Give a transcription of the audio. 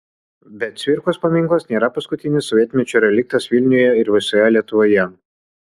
bet cvirkos paminklas nėra paskutinis sovietmečio reliktas vilniuje ir visoje lietuvoje